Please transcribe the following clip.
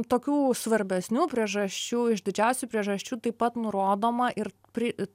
tokių svarbesnių priežasčių iš didžiausių priežasčių taip pat nurodoma ir pri